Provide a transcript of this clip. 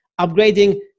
upgrading